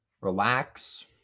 relax